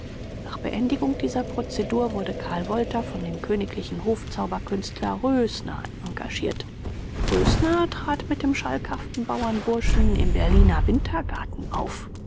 nach beendigung dieser prozedur wurde karl wolter von dem kgl hofzauberkünstler rösner engagiert rösner trat mit dem schalkhaften bauernburschen im berliner wintergarten auf